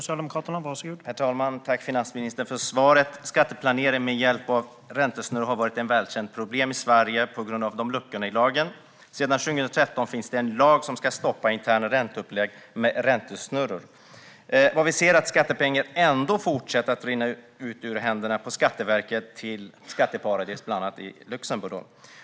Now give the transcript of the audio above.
Herr talman! Tack, finansministern, för svaret! Skatteplanering med hjälp av räntesnurror har på grund av luckor i lagen varit ett välkänt problem i Sverige. Sedan 2013 finns en lag som ska stoppa interna ränteupplägg med räntesnurror. Vi ser dock att skattepengar ändå fortsätter att rinna ut ur händerna på Skatteverket till skatteparadis, bland annat Luxemburg.